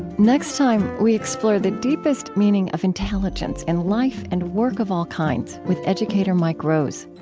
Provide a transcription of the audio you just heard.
next time, we explore the deepest meaning of intelligence in life and work of all kinds with educator mike rose.